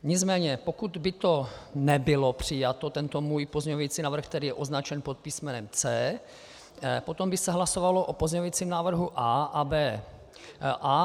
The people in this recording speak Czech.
Nicméně pokud by to nebylo přijato, tento můj pozměňující návrh, který je označen pod písmenem C, potom by se hlasovalo o pozměňujícím návrhu A a B.